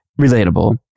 relatable